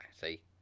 see